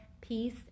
peace